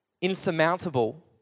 insurmountable